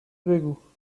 بگو